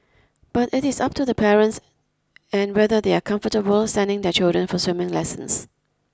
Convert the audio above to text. but it is up to the parents and whether they are comfortable sending their children for swimming lessons